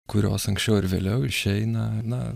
kurios anksčiau ar vėliau išeina na